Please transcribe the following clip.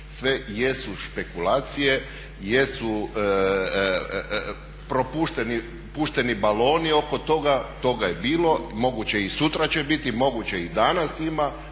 Sve jesu špekulacije, jesu propušteni, pušteni baloni oko toga, toga je bilo, moguće i sutra će biti, moguće i danas ima